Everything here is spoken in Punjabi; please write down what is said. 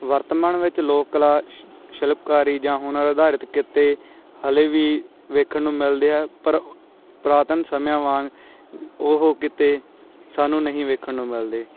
ਵਰਤਮਾਨ ਵਿੱਚ ਲੋਕ ਕਲਾ ਸ਼ ਸ਼ਿਲਪਕਾਰੀ ਜਾਂ ਹੁਨਰ ਅਧਾਰਿਤ ਕਿੱਤੇ ਹਾਲੇ ਵੀ ਵੇਖਣ ਨੂੰ ਮਿਲਦੇ ਆ ਪਰ ਪੁਰਾਤਨ ਸਮਿਆਂ ਵਾਂਗ ਉਹ ਕਿੱਤੇ ਸਾਨੂੰ ਨਹੀਂ ਵੇਖਣ ਨੂੰ ਮਿਲਦੇ